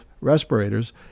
respirators